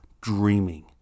dreaming